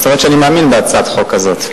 זאת אומרת שאני מאמין בהצעת החוק הזו,